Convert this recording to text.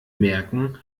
merken